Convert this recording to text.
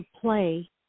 play